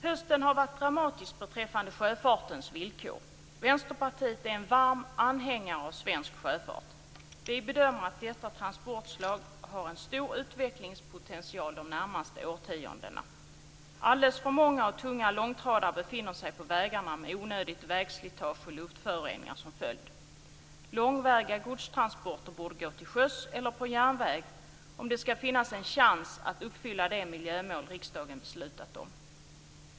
Hösten har varit dramatisk beträffande sjöfartens villkor. Vänsterpartiet är en varm anhängare av svensk sjöfart. Vi bedömer att detta transportslag har en stor utvecklingspotential de närmaste årtiondena. Alldeles för många och tunga långtradare befinner sig på vägarna med onödigt vägslitage och luftföroreningar som följd. Långväga godstransporter borde gå till sjöss eller på järnväg om det skall finnas en chans att uppfylla de miljömål riksdagen beslutat om.